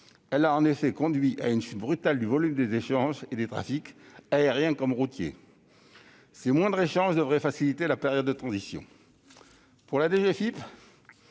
Elle a en effet conduit à une chute brutale du volume des échanges et des trafics, aériens comme routiers. Ces moindres échanges devraient faciliter la période de transition. Pour la DGFiP,